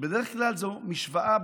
שבדרך כלל זו משוואה בדוקה.